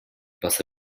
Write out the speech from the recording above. баса